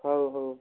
ହଉ ହଉ